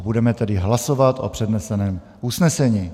Budeme tedy hlasovat o předneseném usnesení.